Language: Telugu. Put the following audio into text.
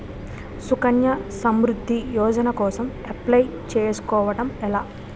సుకన్య సమృద్ధి యోజన కోసం అప్లయ్ చేసుకోవడం ఎలా?